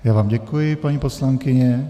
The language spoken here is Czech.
Já vám děkuji, paní poslankyně.